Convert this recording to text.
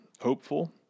hopeful